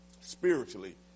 spiritually